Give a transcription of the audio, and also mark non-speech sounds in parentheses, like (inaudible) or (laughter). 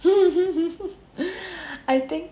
(laughs) (laughs) (laughs) I think